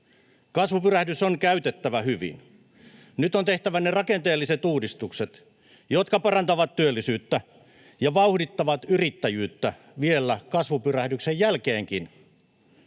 Kasvupyrähdys on käytettävä hyvin. Nyt on tehtävä ne rakenteelliset uudistukset, jotka parantavat työllisyyttä ja vauhdittavat yrittäjyyttä vielä kasvupyrähdyksen jälkeenkin.